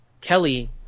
Kelly